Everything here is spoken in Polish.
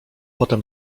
potem